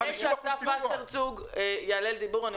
לפני שאסף וסרצוג יעלה בזום ויתייחס אני